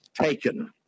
Taken